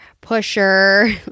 pusher